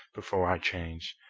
before i change.